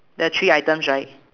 there are three items right